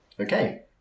Okay